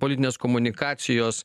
politinės komunikacijos